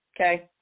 Okay